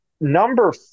number